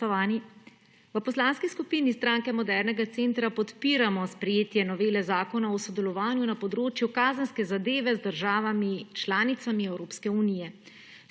V Poslanski skupini Stranke modernega centra podpiramo sprejetje novele zakona o sodelovanju na področju kazenske zadeve z državami članicami Evropske unije.